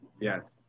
Yes